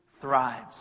thrives